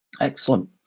excellent